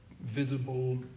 visible